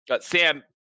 sam